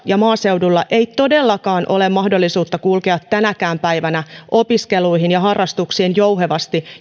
ja maaseudulla ei todellakaan ole mahdollisuutta kulkea tänäkään päivänä opiskeluihin ja harrastuksiin jouhevasti